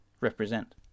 represent